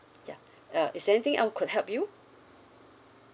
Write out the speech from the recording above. ya uh is there anything I could help you